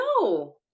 no